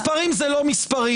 מספרים זה לא מספרים,